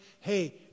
hey